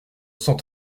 cent